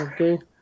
okay